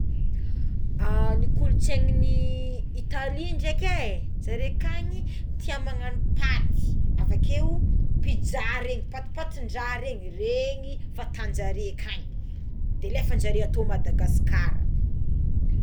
A ny kolotsainin'Italia dreky é zareo kagny tia magnagno paty avakeo pizza regny patipatindraha regny regny fataonjare akagny de alefanjareo ato Madagasikara.